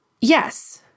yes